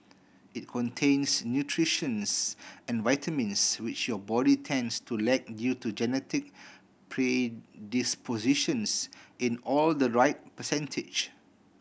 it contains nutrients and vitamins which your body tends to lack due to genetic predispositions in all the right percentage